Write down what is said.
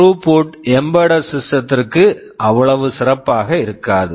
throughput Throughput embedded சிஸ்டத்திற்கு embedded system க்கு அவ்வளவு சிறப்பாக இருக்காது